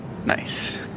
Nice